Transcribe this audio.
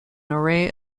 array